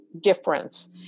difference